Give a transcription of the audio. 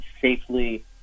safely